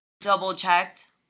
double-checked